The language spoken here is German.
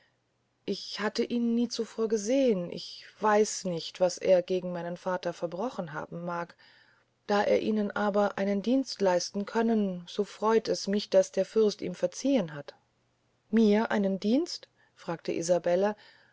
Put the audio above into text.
ich hatte ihn nie zuvor gesehn ich weiß nicht was er gegen meinen vater verbrochen haben mag da er ihnen aber einen dienst leisten können so freut es mich daß der fürst ihm verziehn hat mir einen dienst rief isabelle